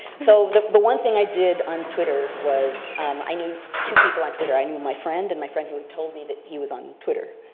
so the the one thing i did on twitter was i knew two people on twitter, i knew my friend and my friend who had told me that he was on twitter.